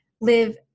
live